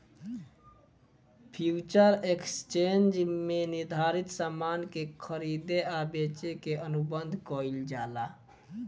future exchange में निर्धारित सामान के खरीदे आ बेचे के अनुबंध कईल जाला